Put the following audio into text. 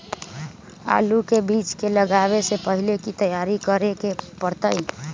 आलू के बीज के लगाबे से पहिले की की तैयारी करे के परतई?